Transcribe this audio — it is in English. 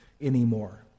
anymore